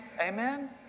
Amen